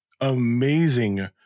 amazing